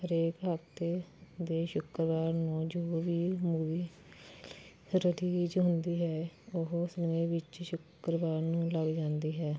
ਹਰੇਕ ਹਫ਼ਤੇ ਦੇ ਸ਼ੁੱਕਰਵਾਰ ਨੂੰ ਜੋ ਵੀ ਮੂਵੀ ਰਿਲੀਜ਼ ਹੁੰਦੀ ਹੈ ਉਹ ਸਿਨੇਮੇ ਵਿੱਚ ਸ਼ੁੱਕਰਵਾਰ ਨੂੰ ਲੱਗ ਜਾਂਦੀ ਹੈ